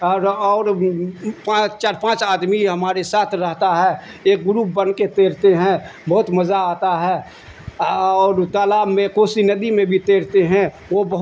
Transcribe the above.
اور اور پانچ چار پانچ آدمی ہمارے ساتھ رہتا ہے ایک گروپ بن کے تیرتے ہیں بہت مزہ آتا ہے اور تالاب میں کوسی ندی میں بھی تیرتے ہیں وہ